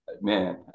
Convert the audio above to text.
Man